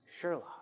Sherlock